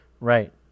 Right